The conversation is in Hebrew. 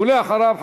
ואחריו,